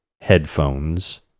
headphones